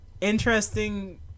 interesting